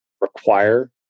require